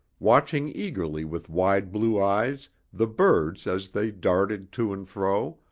watching eagerly with wide blue eyes the birds as they darted to and fro,